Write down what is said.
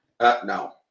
No